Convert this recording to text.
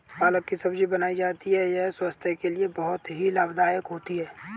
पालक की सब्जी बनाई जाती है यह स्वास्थ्य के लिए बहुत ही लाभदायक होती है